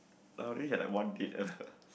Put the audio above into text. I only like had one date I heard